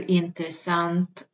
intressant